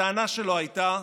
הטענה שלו הייתה: